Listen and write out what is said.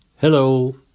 Hello